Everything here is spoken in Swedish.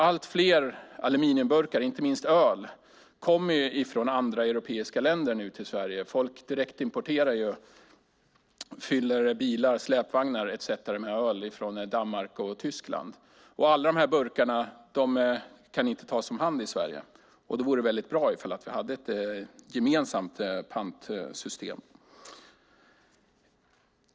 Allt fler aluminiumburkar, inte minst med öl, kommer nu från andra europeiska länder till Sverige. Folk direktimporterar och fyller bilar och släpvagnar med öl från Danmark och Tyskland. Alla dessa burkar kan inte tas om hand i Sverige. Då vore det bra om vi hade ett gemensamt pantsystem.